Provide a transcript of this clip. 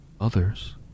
Others